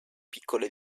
piccole